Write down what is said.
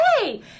hey